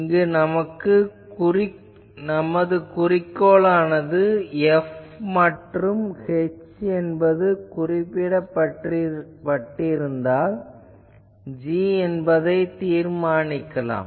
இங்கு நமது குறிக்கோளானது F மற்றும் h என்பது குறிப்பிடப்பட்டிருந்தால் g என்பதைத் தீர்மானிக்கலாம்